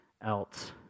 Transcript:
else